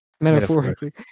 Metaphorically